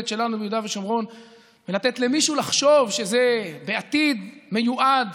שלנו ביהודה ושומרון ולתת למישהו לחשוב שזה בעתיד מיועד